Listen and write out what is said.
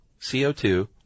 CO2